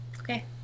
Okay